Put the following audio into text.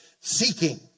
seeking